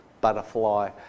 butterfly